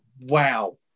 wow